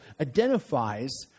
identifies